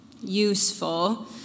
useful